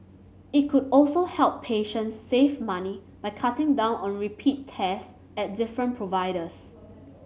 it could also help patients save money by cutting down on repeat test at different providers